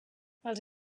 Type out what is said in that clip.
els